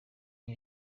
aho